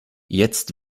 jetzt